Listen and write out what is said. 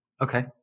Okay